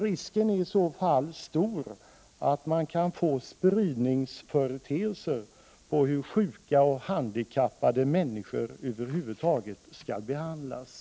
Risken är i så fall stor att man kan få SG - spridningsföreteelser på hur sjuka och handikappade människor över huvud Omfi gehetraff vom taget skall behandlas.